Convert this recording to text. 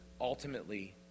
ultimately